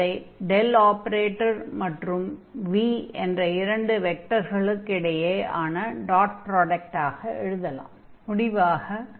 அதை del operator மற்றும் v என்ற இரண்டு வெக்டர்களுக்கு இடையே ஆன டாட் ப்ராடக்ட்டாக எழுதலாம் dot product of these two vectors the del operator and the vector v